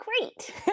great